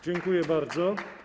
Dziękuję bardzo.